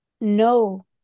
no